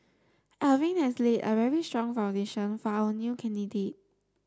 Alvin has laid a very strong foundation for our new candidate